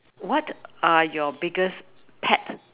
what are your biggest pet